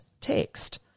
text